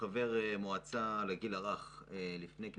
כחבר המועצה לגיל הרך בעבר אני